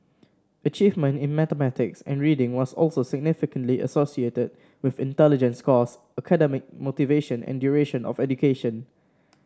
achievement in mathematics and reading was also significantly associated with intelligence scores academic motivation and duration of education